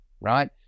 right